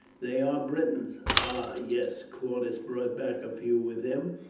they are britons. ah! yes, claudius brought back a few with him,